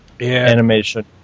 animation